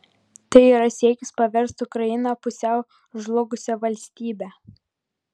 tai yra siekis paversti ukrainą pusiau žlugusia valstybe